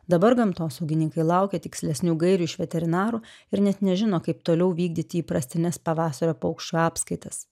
dabar gamtosaugininkai laukia tikslesnių gairių iš veterinarų ir net nežino kaip toliau vykdyti įprastines pavasario paukščių apskaitas